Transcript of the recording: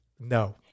No